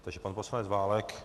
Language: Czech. Takže pan poslanec Válek?